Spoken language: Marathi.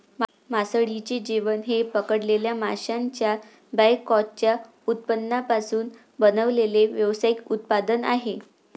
मासळीचे जेवण हे पकडलेल्या माशांच्या बायकॅचच्या उत्पादनांपासून बनवलेले व्यावसायिक उत्पादन आहे